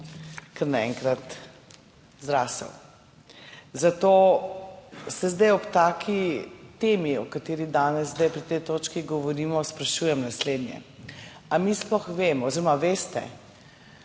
kar naenkrat zrasel. Zato se ob taki temi, o kateri danes pri tej točki govorimo, sprašujem naslednje. Ali mi sploh vemo oziroma veste,